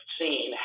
seen